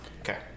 Okay